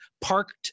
parked